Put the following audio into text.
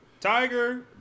Tiger